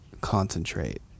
concentrate